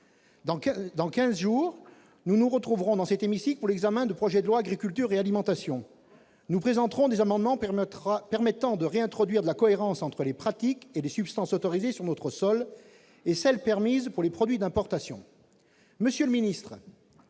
Dans quinze jours nous entamerons dans cet hémicycle l'examen du projet de loi « agriculture et alimentation ». Nous présenterons alors des amendements permettant de réintroduire de la cohérence entre les pratiques et les substances autorisées sur notre sol et celles qui sont permises pour les produits d'importation.